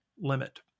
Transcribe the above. limit